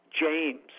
James